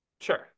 sure